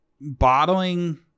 bottling